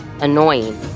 annoying